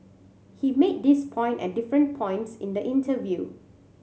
he made this point at different points in the interview